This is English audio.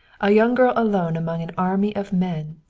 a young girl alone among an army of men!